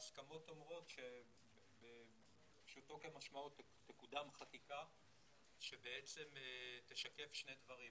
ההסכמות אומרות פשוטו כמשמעו - תקודם חקיקה שבעצם תשקף שני דברים.